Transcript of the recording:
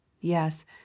Yes